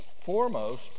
foremost